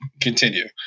continue